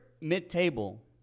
mid-table